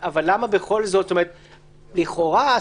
לכאורה,